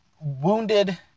wounded